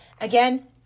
again